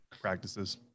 practices